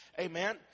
Amen